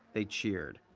they cheered.